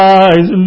eyes